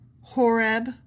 Horeb